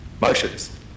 motions